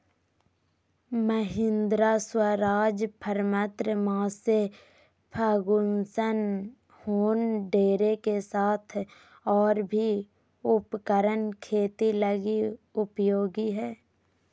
Mahindra, Swaraj, Farmtrac, Massey Ferguson John Deere के साथ और भी उपकरण खेती लगी उपयोगी हइ